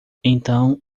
então